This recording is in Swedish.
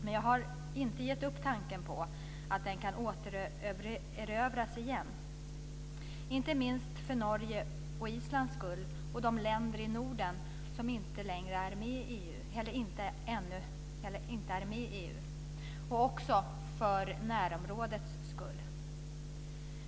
Men jag har inte gett upp tanken på att det kan återerövras, inte minst för Norges och Islands skull, de länder i Norden som inte är med i EU, och även för närområdets skull.